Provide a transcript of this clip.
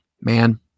man